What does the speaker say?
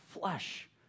flesh